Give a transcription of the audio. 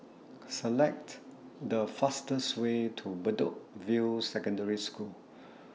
Select The fastest Way to Bedok View Secondary School